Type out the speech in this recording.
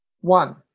One